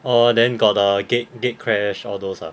orh then got the gate~ gatecrash all those ah